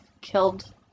killed